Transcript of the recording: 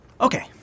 Okay